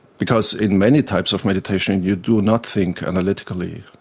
because in many types of meditation you do not think analytically,